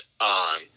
on